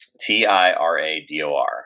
T-I-R-A-D-O-R